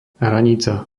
hranica